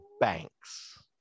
banks